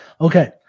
Okay